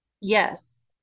yes